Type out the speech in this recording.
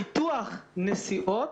ביטוח נסיעות